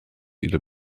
ile